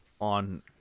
on